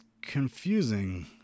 confusing